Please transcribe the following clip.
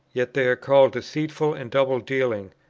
yet they are called deceitful and double-dealing,